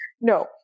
No